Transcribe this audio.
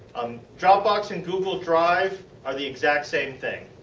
um dropbox and google drive are the exact same thing,